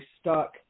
stuck